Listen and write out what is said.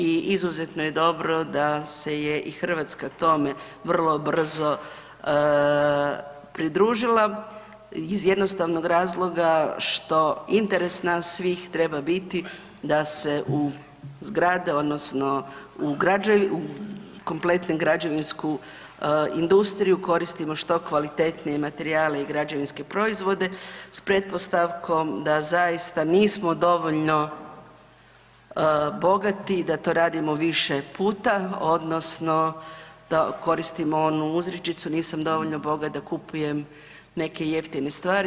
I izuzetno je dobro da se je i Hrvatska tome vrlo brzo pridružila iz jednostavnog razloga što interes nas svih treba biti da se u zgrade odnosno u kompletnoj građevinskoj industriji koristimo što kvalitetnije materijale i građevinske proizvode s pretpostavkom da zaista nismo dovoljno bogati da to radimo više puta odnosno da koristim onu uzrečicu „nisam dovoljno bogat da kupujem neke jeftine stvari“